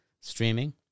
streaming